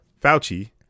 Fauci